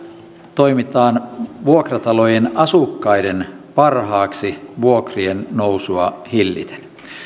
toimitaan vuokratalojen asukkaiden parhaaksi vuokrien nousua hilliten